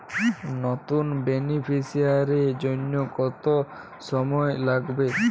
নতুন বেনিফিসিয়ারি জন্য কত সময় লাগবে?